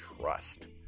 trust